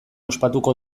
ospatuko